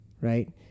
right